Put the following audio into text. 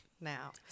now